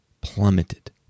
plummeted